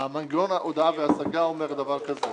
מנגנון הודעה והשגה אומר דבר כזה: